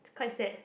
quite sad